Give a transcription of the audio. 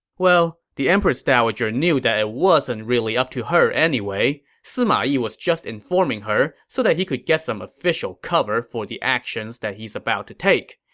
well, the empress dowager knew that it wasn't really up to her anyway. sima yi was just informing her so that he could get some official cover for the actions he's about to take.